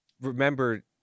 remember